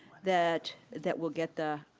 that that we'll get the,